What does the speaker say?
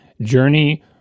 Journey